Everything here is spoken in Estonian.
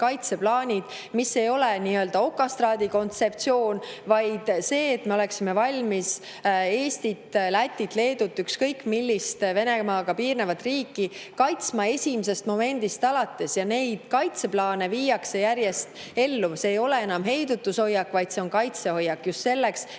kaitseplaanid, mis ei ole nii-öelda okastraadi kontseptsiooniga, vaid selleks, et me oleksime valmis Eestit, Lätit, Leedut, ükskõik millist Venemaaga piirnevat riiki kaitsma esimesest momendist alates. Ja neid kaitseplaane viiakse järjest ellu. Enam ei ole heidutushoiak, vaid kaitsehoiak just selleks, et